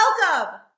welcome